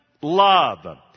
love